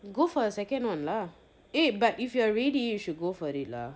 go for the second one lah eh but if you are ready you should go for it lah